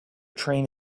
train